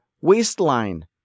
waistline